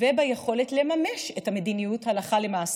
וביכולת לממש את המדינות הלכה למעשה.